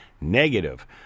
negative